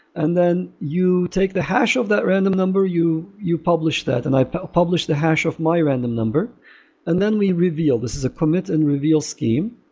and then you take the hash of that random number, you you publish that and i publish the hash of my random number and then we reveal. this is a commit and reveal scheme.